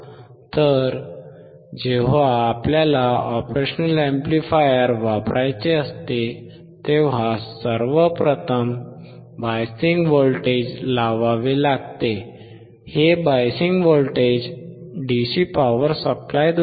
तर जेव्हा आपल्याला ऑपरेशनल अॅम्प्लिफायर वापरायचे असते तेव्हा सर्वप्रथम बायसिंग व्होल्टेज लावावे लागते हे बायसिंग व्होल्टेज डीसी पॉवर सप्लायद्वारे D